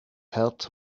helped